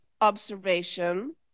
observation